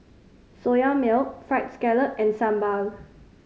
Soya Milk Fried Scallop and sambal